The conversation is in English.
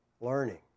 learning